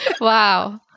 Wow